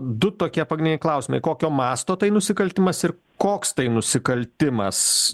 du tokie pagrindiniai klausimai kokio masto tai nusikaltimas ir koks tai nusikaltimas